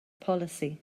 polisi